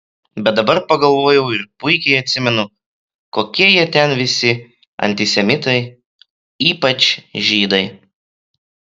bet dabar pagalvojau ir puikiai atsimenu kokie jie ten visi antisemitai ypač žydai